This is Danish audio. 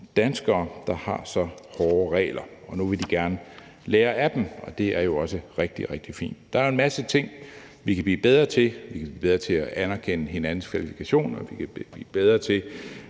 danskere, der har så hårde regler, og nu vil de gerne lære af dem, og det er jo også rigtig, rigtig fint. Der er jo en masse ting, vi kan blive bedre til. Vi kan blive bedre til at anerkende hinandens kvalifikationer, vi kan blive bedre til